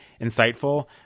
insightful